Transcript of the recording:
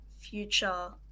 future